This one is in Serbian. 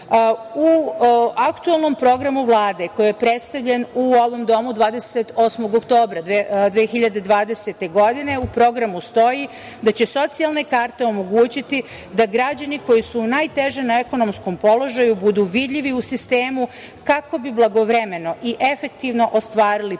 U aktuelnom programu Vlade koji je predstavljen u ovom domu 28. oktobra 2020. godine u programu stoji da će socijalne karte omogućiti da građani koji su najtežem ekonomskom položaju budu vidljivi u sistemu kako bi blagovremeno i efektivno ostvarili prava